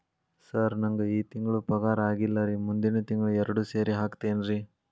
sir ನಂಗ ಈ ತಿಂಗಳು ಪಗಾರ ಆಗಿಲ್ಲಾರಿ ಮುಂದಿನ ತಿಂಗಳು ಎರಡು ಸೇರಿ ಹಾಕತೇನ್ರಿ